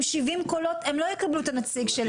70 קולות הם לא יקבלו את הנציג שלהם,